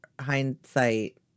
hindsight